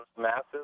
massive